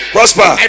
Prosper